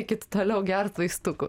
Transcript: eikit toliau gert vaistukų